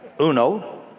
Uno